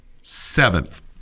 seventh